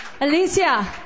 Alicia